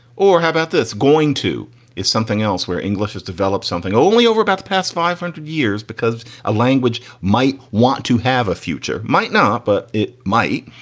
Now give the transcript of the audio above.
or how about this going to is something else where english develop something only over about the past five hundred years? because a language might want to have a future. might not, but it might.